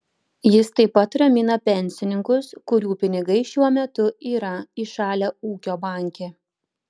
jis taip pat ramina pensininkus kurių pinigai šiuo metu yra įšalę ūkio banke